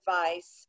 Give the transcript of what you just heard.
advice